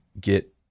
get